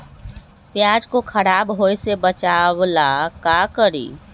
प्याज को खराब होय से बचाव ला का करी?